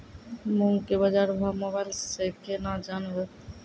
मूंग के बाजार भाव मोबाइल से के ना जान ब?